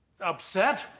upset